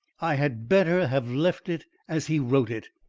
i had better have left it, as he wrote it.